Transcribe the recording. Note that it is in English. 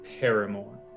Paramore